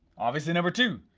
obviously number two,